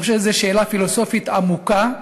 אני חושב שזאת שאלה פילוסופית עמוקה,